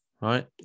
right